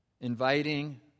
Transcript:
inviting